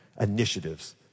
initiatives